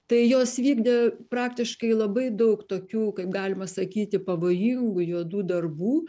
tai jos vykdė praktiškai labai daug tokių kaip galima sakyti pavojingų juodų darbų